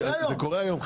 נכון, זה קורה היום.